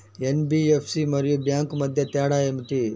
NBFC మరియు bank మధ్య తేడా ఏమిటి?